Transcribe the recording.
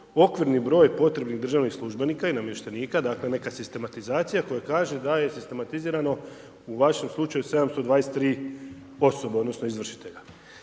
okvirni broj potrebnih državnih službenika i namještenika dakle, neka sistematizacija koja kaže da je sistematizirano u vašem slučaju 723 osobe odnosno izvršitelja,